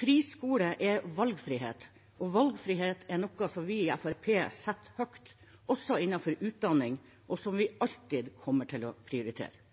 Friskoler er valgfrihet, og valgfrihet er noe vi i Fremskrittspartiet setter høyt, også innenfor utdanning, og som vi alltid kommer til å prioritere.